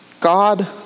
God